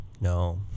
no